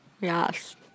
Yes